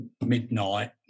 midnight